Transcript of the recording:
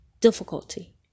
difficulty